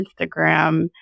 Instagram